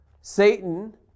Satan